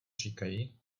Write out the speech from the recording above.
říkají